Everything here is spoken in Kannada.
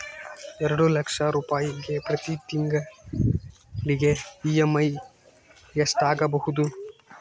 ಎರಡು ಲಕ್ಷ ರೂಪಾಯಿಗೆ ಪ್ರತಿ ತಿಂಗಳಿಗೆ ಇ.ಎಮ್.ಐ ಎಷ್ಟಾಗಬಹುದು?